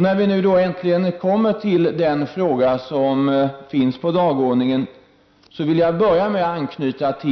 När vi då äntligen kommer till den fråga som finns på dagordningen, vill jag börja med att